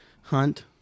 hunt